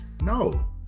No